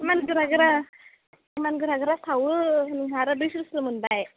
इमान गोरा गोरा इमान गोरा गोरा सावो नोंहा आरो दैस्रुस्रु मोनबाय